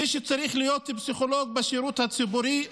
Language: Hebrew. מי שרוצה להיות פסיכולוג בשירות הציבורי,